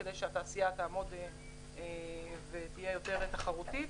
כדי שהתעשייה תעמוד ותהיה יותר תחרותית.